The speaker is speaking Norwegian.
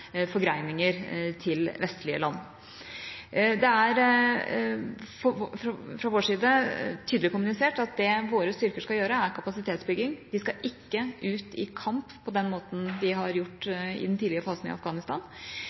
forgreininger til vestlige land. Det er fra vår side tydelig kommunisert at det våre styrker skal gjøre, er kapasitetsbygging. Vi skal ikke ut i kamp på den måten vi har vært i den tidlige fasen i Afghanistan.